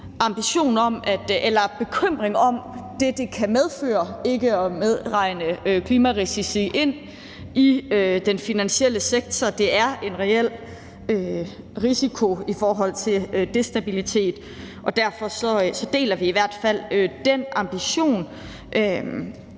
bekymring om det, det kan medføre ikke at regne klimarisici ind i den finansielle sektor. Det er en reel risiko i forhold til destabilitet, og derfor deler vi i hvert fald den ambition.